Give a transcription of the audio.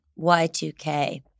Y2K